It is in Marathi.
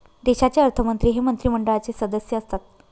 देशाचे अर्थमंत्री हे मंत्रिमंडळाचे सदस्य असतात